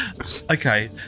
Okay